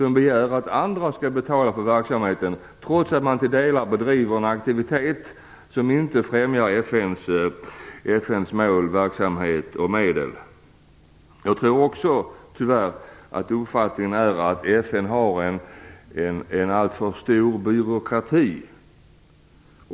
De begär att andra skall betala för verksamheten trots att man till vissa delar genomför aktiviteter som inte främjar FN:s mål, verksamhet och medel. Jag tror tyvärr också att den allmänna uppfattningen är att FN har en alltför stor byråkrati.